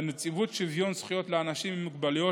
ונציבות שוויון זכויות לאנשים עם מוגבלויות,